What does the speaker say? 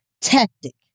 tactic